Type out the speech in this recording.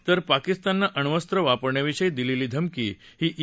तर पाकिस्ताननं अण्वस्वं वापरण्याविषयी दिलेली धमकी ही ई